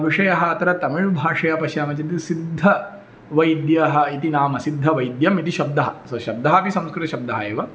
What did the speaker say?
विषयः अत्र तमिळ् भाषया पश्यामः चेत् सिद्धवैद्यः इति नाम्नः सिद्धवैद्यः इति शब्दः सः शब्दः अपि संस्कृतशब्दः एव